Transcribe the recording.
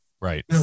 Right